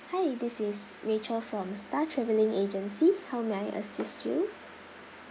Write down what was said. hi this is rachel from star travelling agency how may I assist you